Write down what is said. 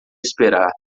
esperar